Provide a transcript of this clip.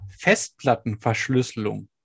Festplattenverschlüsselung